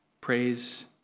praise